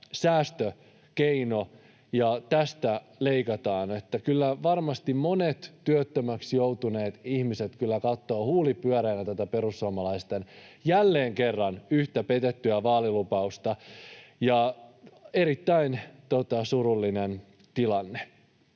säästökeino ja tästä leikataan, niin kyllä varmasti monet työttömäksi joutuneet ihmiset katsovat huuli pyöreänä tätä yhtä perussuomalaisten jälleen kerran petettyä vaalilupausta. Erittäin surullinen tilanne.